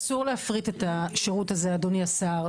אסור להפריט את השירות הזה אדוני השר,